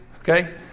Okay